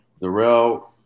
Darrell